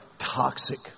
toxic